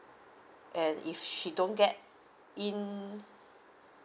and if she don't get in